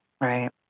right